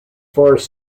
forest